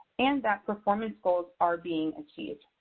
and that performance goals are being achieved.